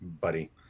buddy